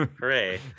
Hooray